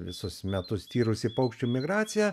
visus metus tyrusi paukščių migraciją